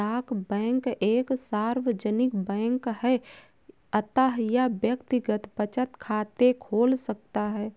डाक बैंक एक सार्वजनिक बैंक है अतः यह व्यक्तिगत बचत खाते खोल सकता है